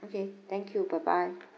okay thank you bye bye